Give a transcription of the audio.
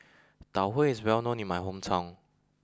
Tau Huay is well known in my hometown